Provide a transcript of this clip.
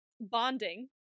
bonding